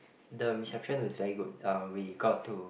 the reception was very good uh we got to